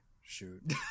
Shoot